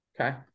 Okay